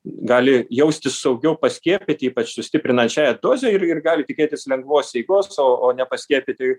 gali jaustis saugiau paskiepyti ypač sustiprinančiąja doze ir ir gali tikėtis lengvos eigos o o nepaskiepyti